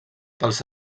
pels